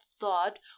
thought